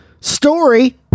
story